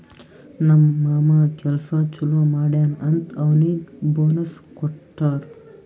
ನಮ್ ಮಾಮಾ ಕೆಲ್ಸಾ ಛಲೋ ಮಾಡ್ಯಾನ್ ಅಂತ್ ಅವ್ನಿಗ್ ಬೋನಸ್ ಕೊಟ್ಟಾರ್